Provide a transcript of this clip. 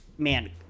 man